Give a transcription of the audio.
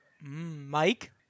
Mike